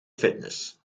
fitness